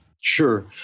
Sure